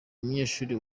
umunyeshuri